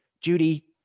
Judy